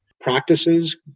practices